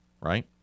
Right